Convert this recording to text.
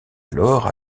alors